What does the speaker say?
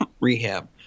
rehab